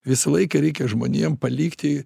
visą laiką reikia žmonėm palikti